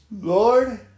Lord